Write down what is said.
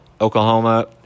Oklahoma